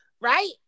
right